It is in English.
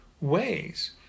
ways